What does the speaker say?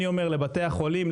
לבתי החולים,